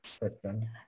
question